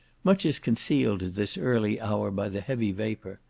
much is concealed at this early hour by the heavy vapour,